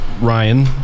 Ryan